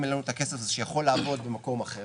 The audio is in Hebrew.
אלינו את הכסף הזה שיכול לעבוד במקום אחר